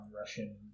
Russian